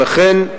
ולכן,